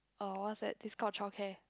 orh what's that this called child care